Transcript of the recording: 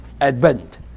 Advent